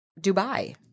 Dubai